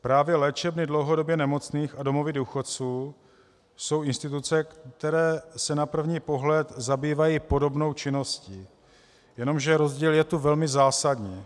Právě léčebny dlouhodobě nemocných a domovy důchodců jsou instituce, které se na první pohled zabývají podobnou činností, jenomže rozdíl je tu velmi zásadní.